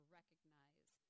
recognize